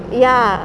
ya